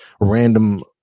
random